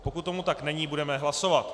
Pokud tomu tak není, budeme hlasovat.